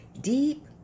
Deep